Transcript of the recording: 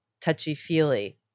touchy-feely